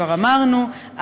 כבר אמרנו,